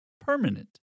permanent